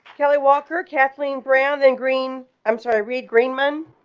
kelly, walker kathleen brown and green i'm sorry, greenman